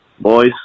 Boys